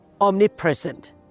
omnipresent